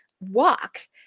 walk